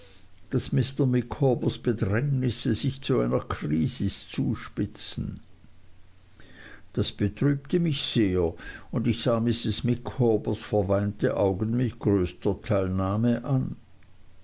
mr micawbers bedrängnisse sich zu einer krisis zuspitzen das betrübte mich sehr und ich sah mrs micawbers verweinte augen mit größter teilnahme an